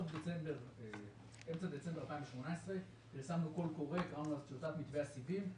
באמצע דצמבר 2018 פרסמנו קול קורא לפריסת הסיבים.